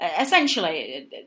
essentially